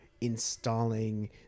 installing